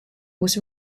was